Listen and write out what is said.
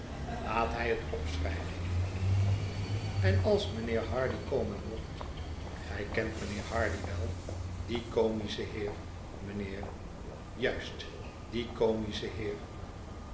laat hij het opschrijven en als mijnheer hardy komen mocht gij kent mijnheer hardy wel die comische heer mijnheer juist die comische heer